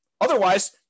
Otherwise